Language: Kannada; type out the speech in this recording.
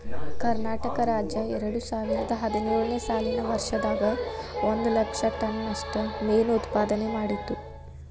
ಕರ್ನಾಟಕ ರಾಜ್ಯ ಎರಡುಸಾವಿರದ ಹದಿನೇಳು ನೇ ಸಾಲಿನ ವರ್ಷದಾಗ ಒಂದ್ ಲಕ್ಷ ಟನ್ ನಷ್ಟ ಮೇನು ಉತ್ಪಾದನೆ ಮಾಡಿತ್ತು